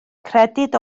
credyd